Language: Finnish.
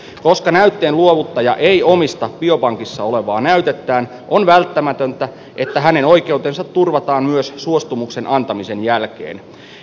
koska näytteen luovuttaja ei omista biopankissa olevaa näytettään on välttämätöntä että hänen oikeutensa turvataan myös suostumuksen antamisen jälkeen